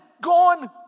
gone